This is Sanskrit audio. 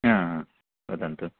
वदन्तु